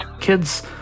Kids